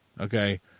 okay